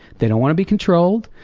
they don't want to be controlled,